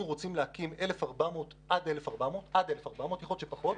אנחנו רוצים להקים עד 1,400, אולי גם פחות,